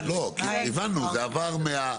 הבנו, זה עבר מ...